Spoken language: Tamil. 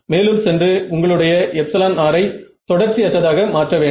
மேலும் சென்று உங்களுடைய r ஐ தொடர்ச்சி அற்றதாக மாற்ற வேண்டும்